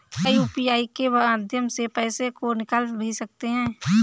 क्या यू.पी.आई के माध्यम से पैसे को निकाल भी सकते हैं?